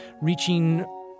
reaching